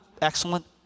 excellent